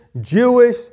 Jewish